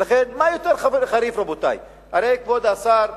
ולכן מה יותר חריף, רבותי, הרי, כבוד השר,